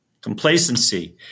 Complacency